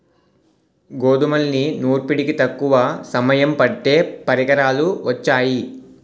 గోధుమల్ని నూర్పిడికి తక్కువ సమయం పట్టే పరికరాలు వొచ్చాయి